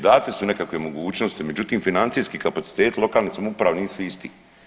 Date su nekakve mogućnosti međutim financijski kapaciteti lokalne samouprave nisu isti.